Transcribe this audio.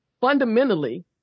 fundamentally